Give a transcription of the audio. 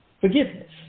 forgiveness